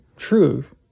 truth